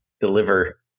deliver